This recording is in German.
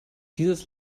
dieses